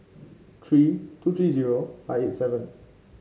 three two three zero five eight seven